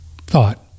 thought